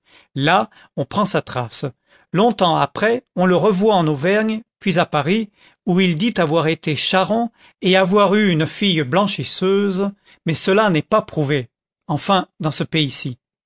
là on perd sa trace longtemps après on le revoit en auvergne puis à paris où il dit avoir été charron et avoir eu une fille blanchisseuse mais cela n'est pas prouvé enfin dans ce pays-ci